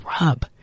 rub